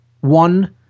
one